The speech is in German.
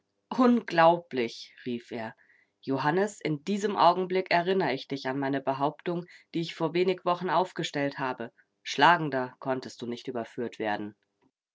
unglaublich rief er johannes in diesem augenblick erinnere ich dich an meine behauptung die ich vor wenig wochen aufgestellt habe schlagender konntest du nicht überführt werden